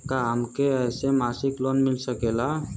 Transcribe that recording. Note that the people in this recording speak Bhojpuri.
का हमके ऐसे मासिक लोन मिल सकेला?